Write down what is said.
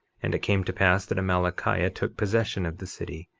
and it came to pass that amalickiah took possession of the city,